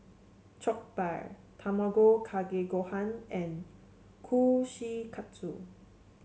Jokbal Tamago Kake Gohan and Kushikatsu